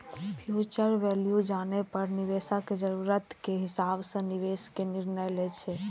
future value जानै पर निवेशक जरूरत के हिसाब सं निवेश के निर्णय लै छै